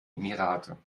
emirate